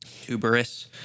tuberous